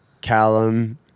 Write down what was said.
Callum